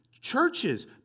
churches